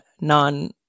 non